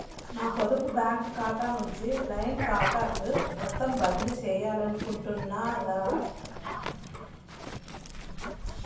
నా పొదుపు బ్యాంకు ఖాతా నుంచి లైన్ ఖాతాకు మొత్తం బదిలీ చేయాలనుకుంటున్నారా?